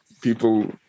people